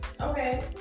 Okay